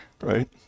right